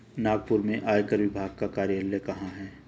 नागपुर में आयकर विभाग का कार्यालय कहाँ है?